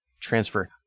transfer